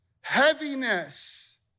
heaviness